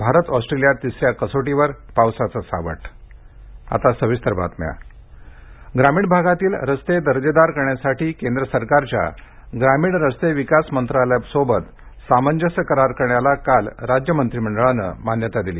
Bharat Australia तिसऱ्या कसोटीवर पावसाचं सावट राज्य मंत्रिमंडळ बैठक ग्रामीण भागातील रस्ते दर्जेदार करण्यासाठी केंद्र सरकारच्या ग्रामीण रस्ते विकास मंत्रालयाबरोबर सामंजस्य करार करण्याला काल राज्य मंत्री मंडळानं मान्यता दिली